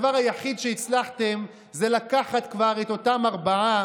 הדבר היחיד שהצלחתם זה לקחת כבר את אותם ארבעה,